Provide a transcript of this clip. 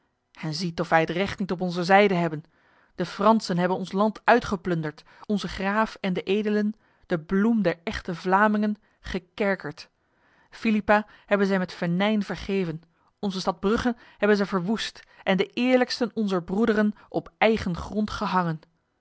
en ziet of wij het recht niet op onze zijde hebben de fransen hebben ons land uitgeplunderd onze graaf en de edelen de bloem der echte vlamingen gekerkerd philippa hebben zij met venijn vergeven onze stad brugge hebben zij verwoest en de eerlijksten onzer broederen op eigen grond gehangen